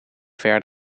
ver